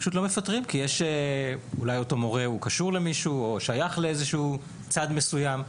לא מפטרים כי אולי אותו מורה קשור למישהו או שייך לצד מסוים.